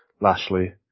Lashley